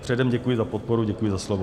Předem děkuji za podporu a děkuji za slovo.